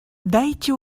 дайте